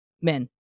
men